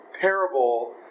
parable